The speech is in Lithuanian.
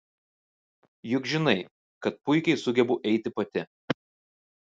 juk žinai kad puikiai sugebu eiti pati